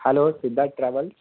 hello Siddharth travels